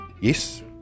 Yes